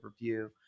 review